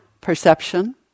perception